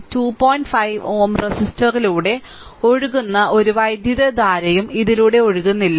5 Ω റെസിസ്റ്ററിലൂടെ ഒഴുകുന്ന ഒരു വൈദ്യുതധാരയും ഇതിലൂടെ ഒഴുകുന്നില്ല